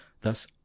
thus